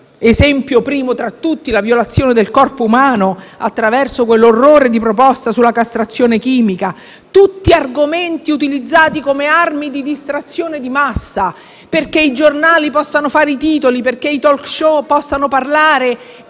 esempio primo tra tutti la violazione del corpo umano attraverso quell'orrore di proposta sulla castrazione chimica. Sono tutti argomenti utilizzati come armi di distrazione di massa perché i giornali possano fare i titoli, perché i *talk show* possano parlare